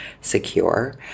secure